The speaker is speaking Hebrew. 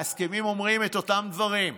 וההסכמים אומרים את אותם דברים.